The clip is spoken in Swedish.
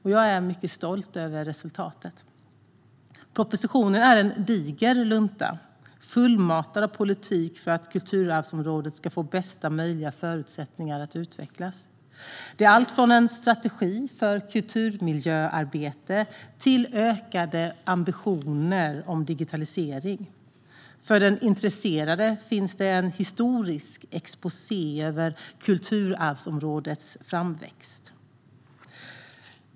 Jag är mycket stolt över resultatet. Propositionen är en diger lunta, fullmatad av politik för att kulturarvsområdet ska få bästa möjliga förutsättningar att utvecklas. Den innehåller alltifrån en strategi för kulturmiljöarbete till ökade ambitioner för digitalisering. För den intresserade finns det en historisk exposé över kulturarvsområdets framväxt.